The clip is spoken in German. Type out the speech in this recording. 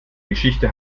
geschichte